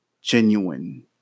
genuine